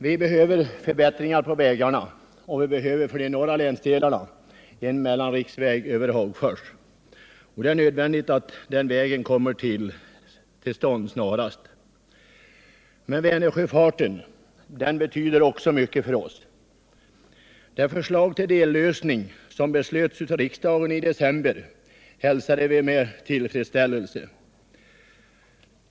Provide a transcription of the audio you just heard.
Vi behöver förbättringar på vägarna, och vi behöver för den norra länsdelen en mellanriksväg över Hagfors. Det är nödvändigt att den vägen kommer till stånd snarast. Men Vänersjöfarten betyder också mycket för oss. Den dellösning som beslöts av riksdagen i december hälsade vi med tillfredställelse.